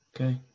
Okay